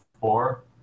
four